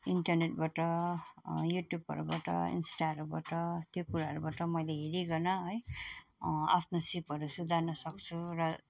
इन्टरनेटबाट युट्युबहरूबाट इन्स्टाहरूबाट त्यो कुराहरूबाट मैले हेरीकन है आफ्नो सिपहरू सुधार्न सक्छु र